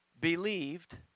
believed